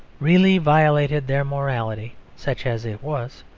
really violated their morality, such as it was,